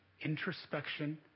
introspection